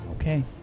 Okay